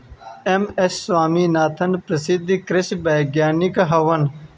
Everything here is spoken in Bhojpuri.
एम.एस स्वामीनाथन प्रसिद्ध कृषि वैज्ञानिक हवन